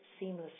seamlessly